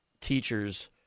teachers